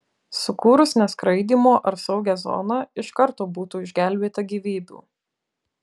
sukūrus neskraidymo ar saugią zoną iš karto būtų išgelbėta gyvybių